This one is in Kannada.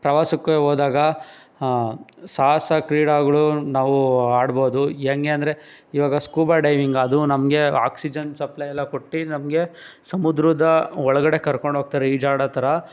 ಪ್ರವಾಸಕ್ಕೆ ಹೋದಾಗ ಸಾಹಸ ಕ್ರೀಡೆಗಳು ನಾವು ಆಡ್ಬೋದು ಹೆಂಗೆ ಅಂದರೆ ಇವಾಗ ಸ್ಕೂಬಾ ಡೈವಿಂಗ್ ಅದು ನಮಗೆ ಆಕ್ಸಿಜನ್ ಸಪ್ಲೈ ಎಲ್ಲ ಕೊಟ್ಟು ನಮಗೆ ಸಮುದ್ರದ ಒಳಗಡೆ ಕರ್ಕೊಂಡು ಹೋಗ್ತಾರೆ ಈಜಾಡೋ ಥರ